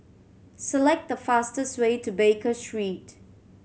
select the fastest way to Baker Street